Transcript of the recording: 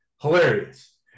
hilarious